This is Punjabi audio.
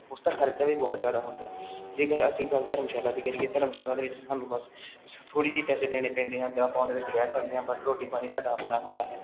ਉਸ ਦਾ ਖਰਚਾ ਵੀ ਬਹੁਤ ਜ਼ਿਆਦਾ ਹੁੰਦਾ ਜੇਕਰ ਅਸੀਂ ਗੱਲ ਧਰਮਸ਼ਾਲਾ ਦੀ ਕਰੀਏ ਧਰਮਸ਼ਾਲਾ ਦੇ ਵਿੱਚ ਸਾਨੂੰ ਬਸ ਥੋੜ੍ਹੇ ਜਿਹੇ ਪੈਸੇ ਦੇਣੇ ਪੈਂਦੇ ਹਨ ਤਾਂ ਆਪਾਂ ਉਹਦੇ ਵਿੱਚ ਰਹਿ ਸਕਦੇ ਹਾਂ ਬਟ ਰੋਟੀ ਪਾਣੀ ਸਾਡਾ ਆਪਣਾ ਹੁੰਦਾ ਹੈ